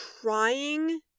trying